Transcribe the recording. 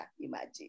imagine